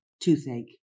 toothache